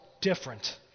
different